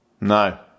No